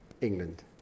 England